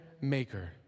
maker